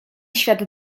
świat